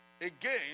again